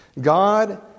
God